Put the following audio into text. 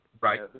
Right